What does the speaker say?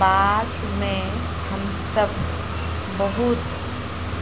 बाढ में हम सब बहुत